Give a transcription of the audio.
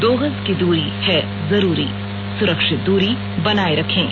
दो गज की दूरी है जरूरी सुरक्षित दूरी बनाए रखें